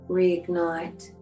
Reignite